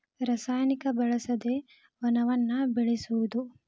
ರಸಾಯನಿಕ ಬಳಸದೆ ವನವನ್ನ ಬೆಳಸುದು